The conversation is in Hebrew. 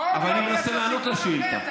אני מנסה לענות על השאילתה.